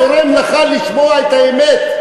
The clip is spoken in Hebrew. צורם לך לשמוע את האמת.